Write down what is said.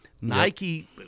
Nike